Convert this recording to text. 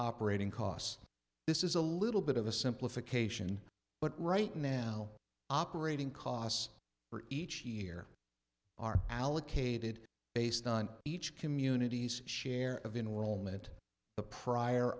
operating costs this is a little bit of a simplification but right now operating costs for each year are allocated based on each community's share of in wilmet the prior